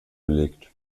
belegt